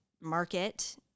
market